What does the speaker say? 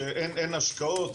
שאין השקעות,